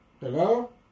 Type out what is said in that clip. Hello